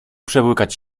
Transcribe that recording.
przełykać